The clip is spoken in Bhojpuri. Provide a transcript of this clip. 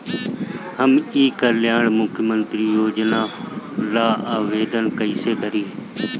हम ई कल्याण मुख्य्मंत्री योजना ला आवेदन कईसे करी?